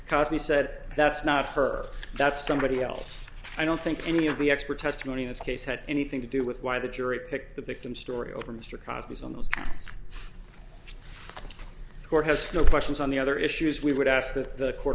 cause me said that's not her that's somebody else i don't think any of the expert testimony in this case had anything to do with why the jury picked the victim's story over mr costin's on those kinds of court has no questions on the other issues we would ask the court